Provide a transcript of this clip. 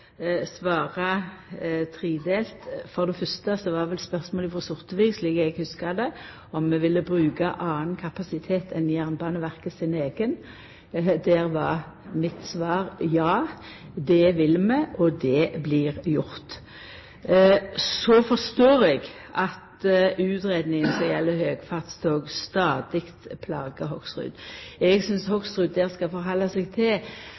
tredelt: For det fyrste var vel spørsmålet frå Sortevik, slik eg hugsar det, om vi ville bruka annan kapasitet enn Jernbaneverket sin eigen. Der var mitt svar: Ja, det vil vi, og det blir gjort. Så forstår eg at utgreiing når det gjeld høgfartstog, stadig plagar Hoksrud. Eg synest Hoksrud skal halda seg til